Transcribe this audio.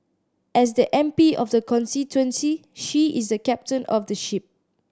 as the M P of the constituency she is the captain of the ship